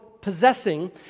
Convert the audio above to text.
possessing